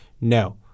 no